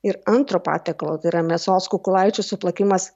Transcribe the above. ir antro patiekalo tai yra mėsos kukulaičių suplakimas